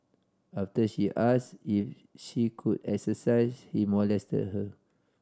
after she ask if she could exercise he molested her